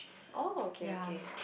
oh okay okay